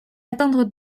atteindre